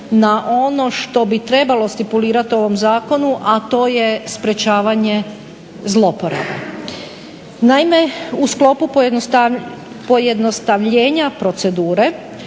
na ono što bi trebalo stipulirat u ovom zakonu, a to je sprečavanje zloporabe. Naime, u sklopu pojednostavljenja procedure